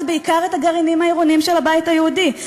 בעיקר את הגרעינים העירוניים של הבית היהודי?